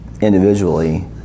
individually